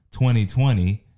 2020